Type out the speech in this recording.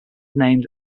named